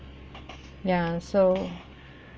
ya so